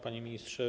Panie Ministrze!